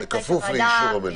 בכפוף לאישור המליאה.